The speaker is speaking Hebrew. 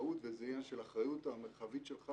זה עניין של מודעות וזה עניין של אחריות המרחבית שלך